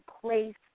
place